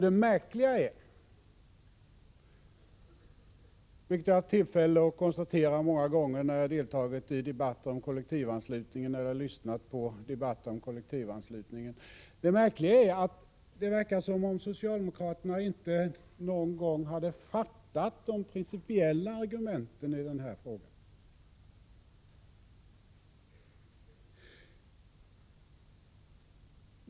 Det märkliga är — det har jag kunnat konstatera många gånger när jag deltagit i eller lyssnat på debatter om kollektivanslutningen — att det verkar som om socialdemokraterna inte någon gång hade fattat de principiella argumenten i denna fråga.